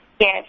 Yes